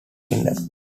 kingdom